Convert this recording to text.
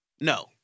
no